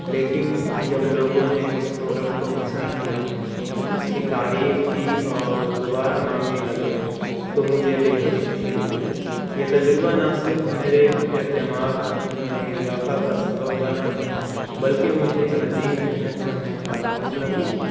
لیکن جب لوگوں نے اس پروڈکٹ کو پسند کیا اس کی تعریف کی اور دوبارہ مانگنے لگے تو مجھے بےحد خوشی ہوئی یہ تجربہ نہ صرف میرے اعتماد میں اضافہ کا سبب بنا بلکہ مجھے مزید محنت کرنے کا حوصلہ بھی دیا